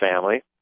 family